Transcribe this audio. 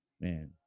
Man